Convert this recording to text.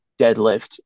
deadlift